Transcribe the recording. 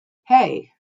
hey